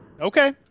Okay